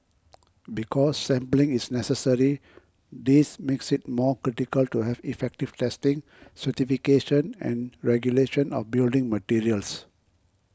because sampling is necessary this makes it more critical to have effective testing certification and regulation of building materials